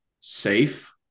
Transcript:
safe